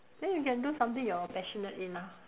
then you can do something you're passionate in ah